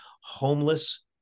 homeless